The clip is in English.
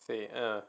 say uh